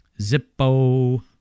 Zippo